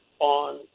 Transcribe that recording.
on